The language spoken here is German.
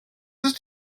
ist